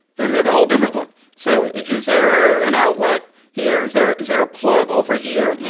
then there's a whole different one. so is there an outlet here? is there. is there a plug over here? mm.